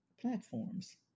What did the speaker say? platforms